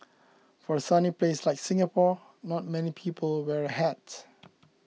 for a sunny place like Singapore not many people wear a hat